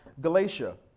Galatia